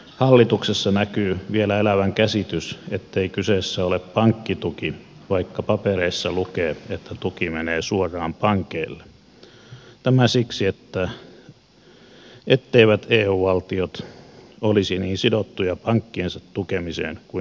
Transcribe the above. hallituksessa näkyy vielä elävän käsitys ettei kyseessä ole pankkituki vaikka papereissa lukee että tuki menee suoraan pankeille tämä siksi etteivät eu valtiot olisi niin sidottuja pankkiensa tukemiseen kuin nykyisin